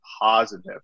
positive